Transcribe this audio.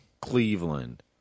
Cleveland